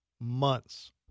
months